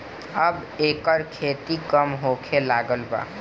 अब एकर खेती कम होखे लागल बा